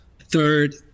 Third